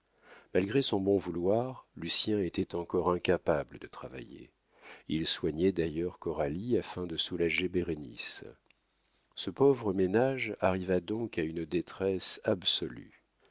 malgré son bon vouloir lucien était encore incapable de travailler il soignait d'ailleurs coralie afin de soulager bérénice ce pauvre ménage arriva donc à une détresse absolue